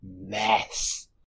mess